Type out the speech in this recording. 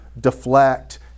deflect